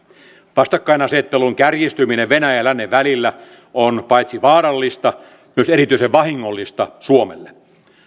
vastakkainasettelun kärjistyminen venäjän ja lännen välillä on paitsi vaarallista myös erityisen vahingollista suomelle